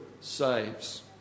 saves